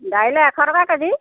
দাইলৰ এশ টকা কেজি